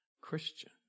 Christian